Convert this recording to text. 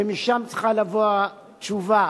ומשם צריכה לבוא התשובה.